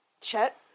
Chet